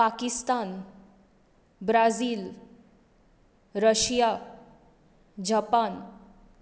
Pakistan Brazil Russia Japan